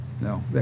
No